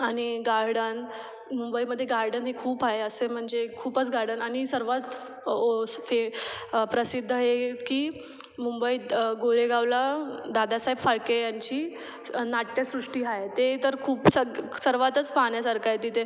आणि गार्डन मुंबईमध्ये गार्डनही खूप आहे असे म्हणजे खूपच गार्डन आणि सर्वात फे प्रसिद्ध हे की मुंबईत गोरेगावला दादासाहेब फाळके यांची नाट्यसृष्टी आहे ते तर खूप सग सर्वातच पाहण्यासारखं आहे तिथे